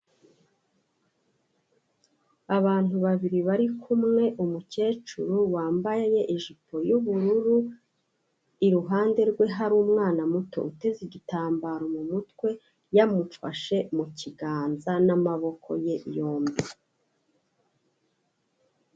Abantu babiri bari kumwe, umukecuru wambaye ijipo y'ubururu, iruhande rwe hari umwana muto uteze igitambaro mu mutwe, yamufashe mu kiganza n'amaboko ye yombi.